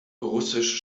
russisch